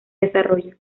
desarrollo